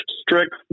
strict